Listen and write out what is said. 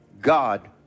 God